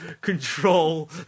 control